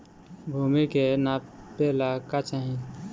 भूमि के नापेला का चाही?